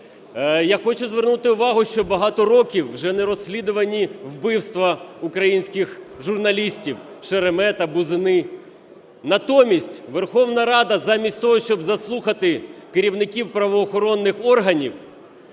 Я хочу звернути увагу, що багато років вже не розслідувані вбивства українських журналістів – Шеремета, Бузини. Натомість Верховна Рада замість того, щоб заслухати керівників правоохоронних органів,